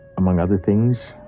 among other things,